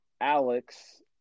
Alex